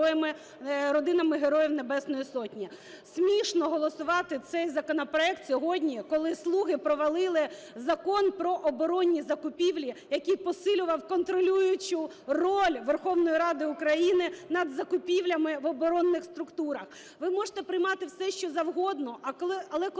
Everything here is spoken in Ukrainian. Смішно голосувати цей законопроект сьогодні, коли "слуги" провалили Закон "Про оборонні закупівлі", який посилював контролюючу роль Верховної Ради України над закупівлями в оборонних структурах. Ви можете приймати все, що завгодно, але коли